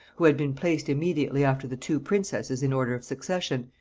who had been placed immediately after the two princesses in order of succession,